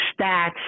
stats